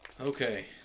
Okay